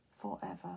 forever